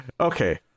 Okay